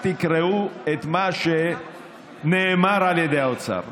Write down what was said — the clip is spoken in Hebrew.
רק תקראו את מה שנאמר על ידי האוצר,